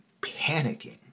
panicking